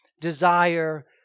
desire